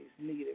needed